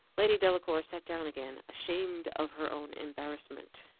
lady delacour sat down again, ashamed of her own embarrassment.